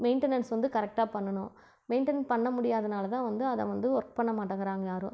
maintenance வந்து கரெக்டாக பண்ணனும் மெயின்டைன் பண்ண முடியாதனால்தான் வந்து அதை வந்து வொர்க் பண்ண மாட்டங்கிறாங்க யாரும்